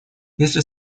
если